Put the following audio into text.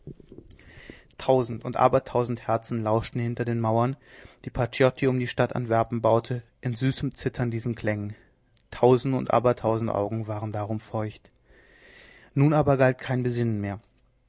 tausend und aber tausend herzen lauschten hinter den mauern die paciotti um die stadt antwerpen baute in süßem zittern diesen klängen tausend und aber tausend augen wurden darum feucht nun aber galt kein besinnen mehr